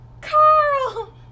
Carl